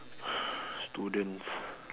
students